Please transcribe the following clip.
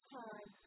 time